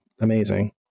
amazing